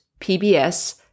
PBS